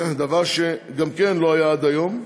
דבר שגם כן לא היה עד היום.